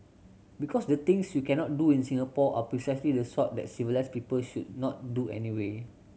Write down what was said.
because the things you cannot do in Singapore are precisely the sort that civilised people should not do anyway